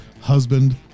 husband